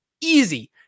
Easy